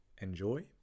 enjoy